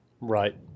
right